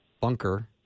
bunker